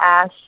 Ash